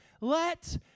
let